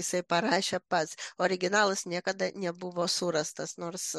jisai parašė pats originalas niekada nebuvo surastas nors